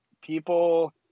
people